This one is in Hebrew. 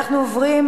תוצאות